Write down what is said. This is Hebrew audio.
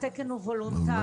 התקן הוא וולונטרי.